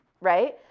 right